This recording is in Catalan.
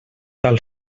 tal